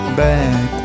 back